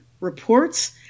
reports